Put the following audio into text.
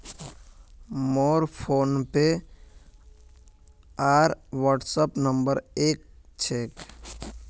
मोर फोनपे आर WhatsApp number एक क छेक